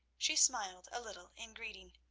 she smiled a little in greeting.